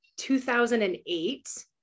2008